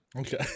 Okay